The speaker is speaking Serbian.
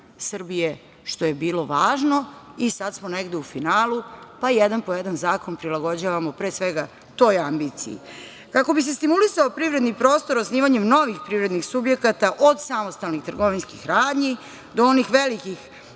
što je bilo važno i sad smo negde u finalu, pa jedan po jedan zakon prilagođavamo pre svega toj ambiciji. Kako bi se stimulisao privredni prostor osnivanjem novih privrednih subjekata od samostalnih trgovinskih radnji do onih velikih